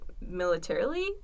militarily